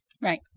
Right